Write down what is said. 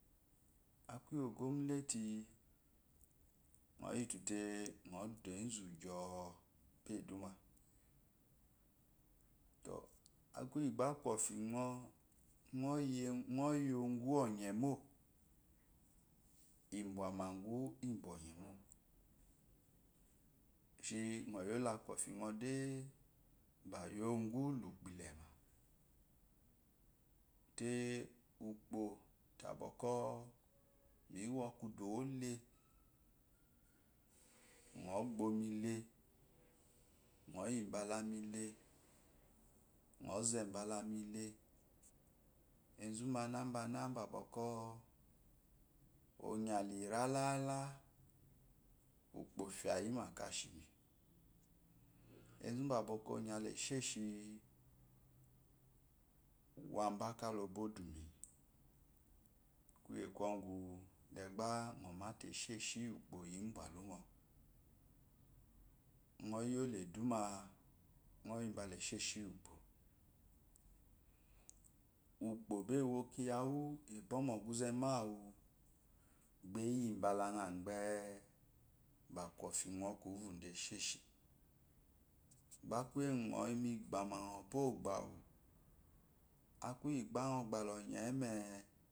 Akuyi ogominati ngo yifu te ngodu enzu ŋwo ba eduma akuyi gba kwo fi ngo ngo yegu onyemo ibwamagu ibwamagu onyemo te ngo ye la kwoi ngo de ngo ye la ukpoilema te ukpo ta bwɔkwɔ miwokudu ole ngo gbomile ngo yibalamile ngo ze balamile enzu banabana babwɔkwɔ ongha lia wa ukpo fiyima kashimi enzu babwɔkwɔ onyalesheshi waba kalabwo dumi kuyi kwɔgu de gba ngo mate eshashi iyi okpo ibwa lungo ngo yela eduma ngo yela esheshi yi ukpo ukpo ba ewo kiya wu ebwŋ guze mahu eyi balanga ghee ba kwŋfingo ku vidwo esheshi gba kuye gun ngo yi migba ma ngo bo'ogba ngo gblonye mee.